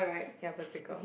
ya bicycle